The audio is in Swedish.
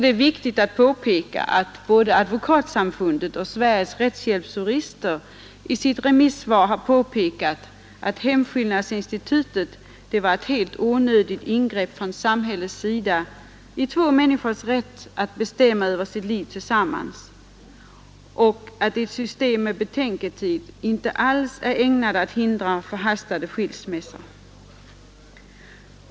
Det är viktigt att påpeka att Advokatsamfundet och Sveriges rättshjälpsjurister i sina remissvar påpekat att hemskillnadsinstitutet var ett onödigt ingrepp från samhällets sida i två människors rätt att bestämma över sitt liv tillsammans och att ett system med betänketid inte är ägnat att hindra förhastade skilsmässor.